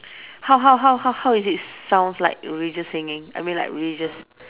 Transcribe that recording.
how how how how how is it sounds like religious singing I mean like religious